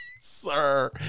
sir